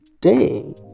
day